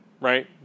right